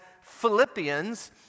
Philippians